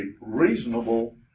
reasonable